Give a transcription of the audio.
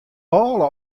bôle